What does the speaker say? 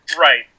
Right